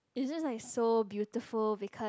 it's just like so beautiful because